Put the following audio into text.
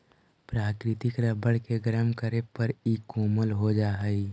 प्राकृतिक रबर के गरम करे पर इ कोमल हो जा हई